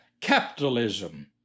capitalism